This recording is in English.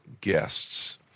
guests